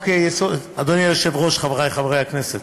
אדוני היושב-ראש, חברי חברי הכנסת,